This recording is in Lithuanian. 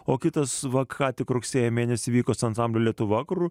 o kitas va ką tik rugsėjo mėnesį vykusio ansamblio lietuva kur